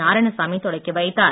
நாராயணசாமி தொடக்கிவைத்தார்